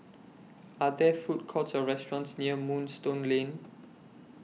Are There Food Courts Or restaurants near Moonstone Lane